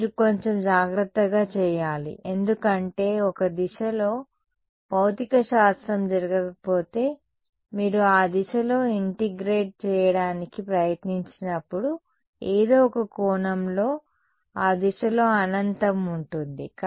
మీరు కొంచెం జాగ్రత్తగా చేయాలి ఎందుకంటే ఒక దిశలో భౌతికశాస్త్రం జరగకపోతే మీరు ఆ దిశలో ఇంటిగ్రేట్ చేయడానికి ప్రయత్నించినప్పుడు ఏదో ఒక కోణంలో ఆ దిశలో అనంతం ఉంటుంది